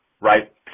right